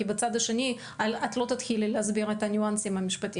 כי בצד השני את לא תתחילי להסביר את הניואנסים המשפטיים.